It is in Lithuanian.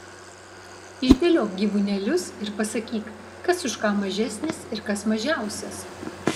išdėliok gyvūnėlius ir pasakyk kas už ką mažesnis ir kas mažiausias